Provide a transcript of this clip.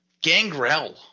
Gangrel